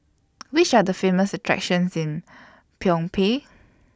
Which Are The Famous attractions in Phnom Penh